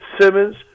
Simmons